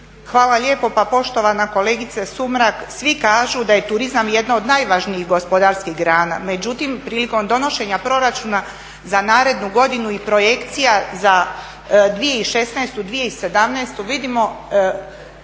Hvala lijepo. Pa poštovana kolegice Sumrak svi kažu da je turizam jedna od najvažnijih gospodarskih grana. Međutim, prilikom donošenja proračuna za narednu godinu i projekcija za 2016. i 2017. vidimo